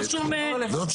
אין לה שום קשר.